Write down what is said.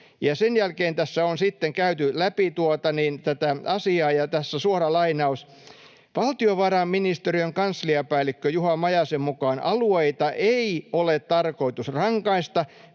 Sen jälkeen tässä on sitten käyty läpi tätä asiaa, ja tässä on suora lainaus: ”Valtiovarainministeriön kansliapäällikkö Juha Majasen mukaan alueita ei ole tarkoitus rangaista,